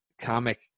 comic